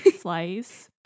slice